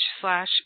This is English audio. slash